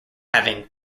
having